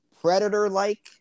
Predator-like